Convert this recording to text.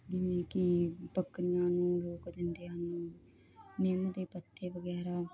ਜਿਵੇਂ ਕੀ ਬੱਕਰੀਆਂ ਨੂੰ ਰੋਕ ਦਿੰਦੇ ਹਨ ਨਿੰਮ ਦੇ ਪੱਤੇ ਵਗੈਰਾ